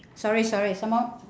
sorry sorry some more